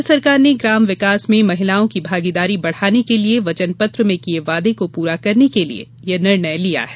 राज्य सरकार ने ग्राम विकास में महिलाओं की भागीदारी बढ़ाने के लिए वचनपत्र में किये वादे को पूरा करने के लिए यह निर्णय लिया है